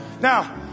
Now